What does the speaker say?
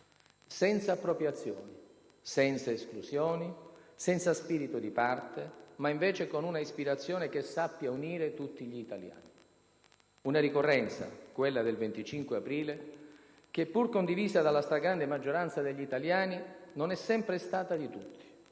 Senza appropriazioni, senza esclusioni, senza spirito di parte, ma invece con una ispirazione che sappia unire tutti gli italiani. Una ricorrenza, quella del 25 aprile, che pur condivisa dalla stragrande maggioranza degli italiani, non è sempre stata di tutti.